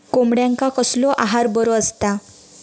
कोंबड्यांका कसलो आहार बरो असता?